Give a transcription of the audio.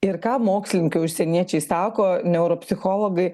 ir ką mokslininkai užsieniečiai sako neuropsichologai